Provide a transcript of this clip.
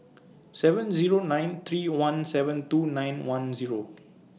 seven Zero nine three one seven two nine one Zero